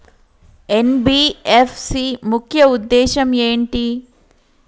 NBFC ముఖ్య ఉద్దేశం ఏంటి?